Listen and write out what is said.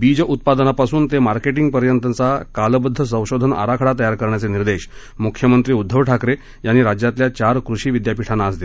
बीज उत्पादनापासून ते मार्केटिंगपर्यंतचा कालबद्ध संशोधन आराखडा तयार करण्याचे निर्देश मुख्यमंत्री उद्धव ठाकरे यांनी राज्यातल्या चार कृषि विद्यापीठांना आज दिले